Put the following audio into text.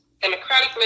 democratic